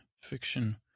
fiction